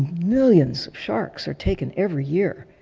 millions sharks are taken every year,